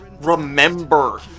remember